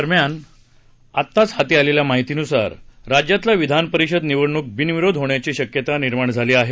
दरम्यान आत्ताच मिळालेल्या माहितीनुसार राज्यातली विधान परिषद निवडणूक बिनविरोध होण्याची शक्यता निर्माण झाली आहे